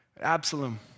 Absalom